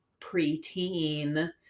preteen